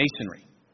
masonry